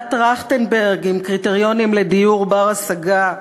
ועדת טרכטנברג עם קריטריונים לדיור בר-השגה,